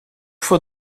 faut